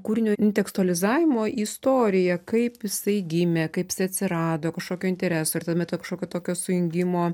kūrinio intekstualizavimo į istoriją kaip jisai gimė kaip atsirado kažkokio intereso ir tame kažkokio tokio sujungimo